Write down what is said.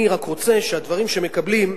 אני רק רוצה שהדברים שמקבלים,